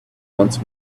once